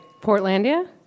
Portlandia